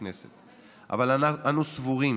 הכנסת, אבל אנו סבורים